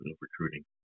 recruiting